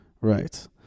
right